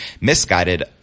misguided